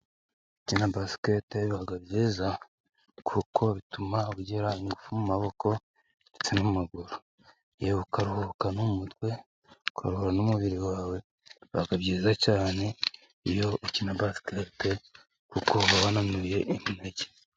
Gukina basikete biba byiza, kuko bituma ugira ingufu mu maboko ndetse no mu maguru, ukaruhuka no mu mutwe ukaruhura n'umubiri wawe, biba byiza cyane iyo ukina basikete kuko uba wananuye intege.